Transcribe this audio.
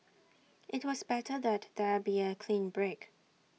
IT was better that there be A clean break